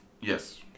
Yes